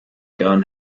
gun